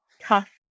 tough